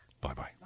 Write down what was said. Bye-bye